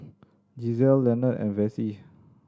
Gisele Lenord and Vessie